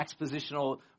expositional